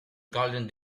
golden